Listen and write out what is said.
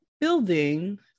building